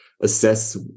assess